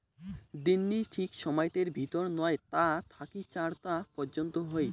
দিননি ঠিক সময়তের ভিতর নয় তা থাকি চার তা পর্যন্ত হই